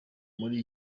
muri